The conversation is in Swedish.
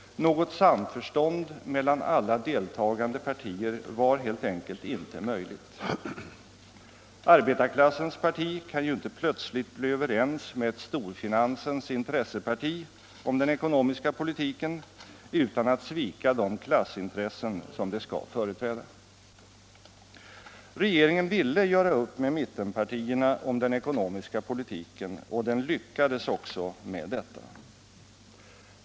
Något samförstånd mellan alla deltagande partier var helt enkelt inte möjligt. Arbetarklassens parti kan ju inte plötsligt bli överens med ett storfinansens intresseparti om den ekonomiska politiken utan att svika de klassintressen som det skall företräda. Regeringen ville göra upp med mittenpartierna om den ekonomiska politiken och den lyckades också med detta.